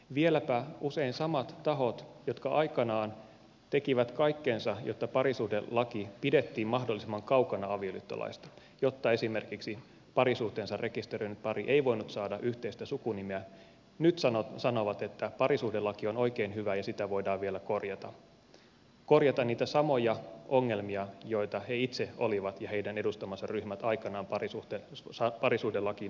vieläpä usein samat tahot jotka aikoinaan tekivät kaikkensa jotta parisuhdelaki pidettiin mahdollisimman kaukana avioliittolaista jotta esimerkiksi parisuhteensa rekisteröinyt pari ei voinut saada yhteistä sukunimeä nyt sanovat että parisuhdelaki on oikein hyvä ja sitä voidaan vielä korjata korjata niitä samoja ongelmia joita he itse ja heidän edustamansa ryhmät olivat aikoinaan parisuhdelakiin ujuttamassa